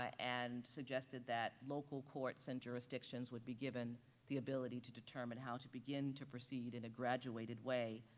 ah and suggested that local courts and jurisdictions would be given the ability to determine how to begin to proceed in a graduated way,